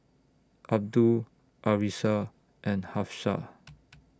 Abdul Arissa and Hafsa